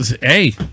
Hey